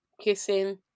Kissing